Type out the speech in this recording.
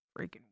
freaking